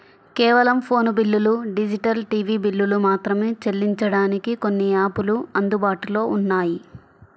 కేవలం ఫోను బిల్లులు, digital TV బిల్లులు మాత్రమే చెల్లించడానికి కొన్ని యాపులు అందుబాటులో ఉన్నాయి